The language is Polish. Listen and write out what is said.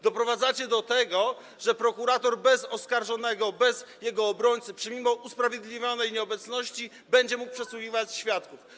Doprowadzacie do tego, że prokurator bez oskarżonego, bez jego obrońcy, mimo usprawiedliwionej nieobecności, będzie mógł przesłuchiwać świadków.